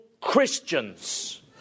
Christians